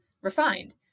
refined